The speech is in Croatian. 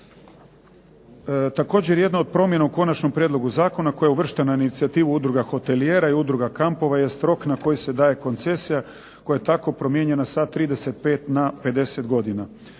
Također jedna od promjena u konačnom prijedlogu zakona koja je uvrštena na inicijativu udruga hotelijera i udruga kampova jest rok na koji se daje koncesija koja je tako promijenjena sa 35 na 50 godina.